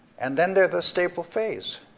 and then they're the stable phase,